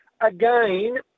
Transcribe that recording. Again